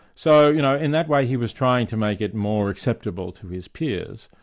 so you know in that way he was trying to make it more acceptable to his peers,